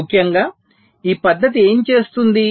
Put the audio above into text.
ముఖ్యంగా ఈ పద్ధతి ఏమి చేస్తుంది